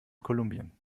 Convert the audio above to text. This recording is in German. kolumbien